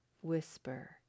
whisper